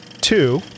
two